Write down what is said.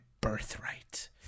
birthright